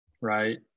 Right